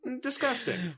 Disgusting